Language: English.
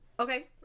Okay